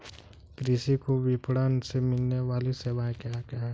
कृषि को विपणन से मिलने वाली सेवाएँ क्या क्या है